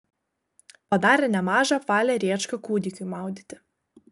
padarė nemažą apvalią rėčką kūdikiui maudyti